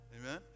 Amen